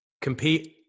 Compete